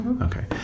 Okay